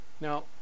Now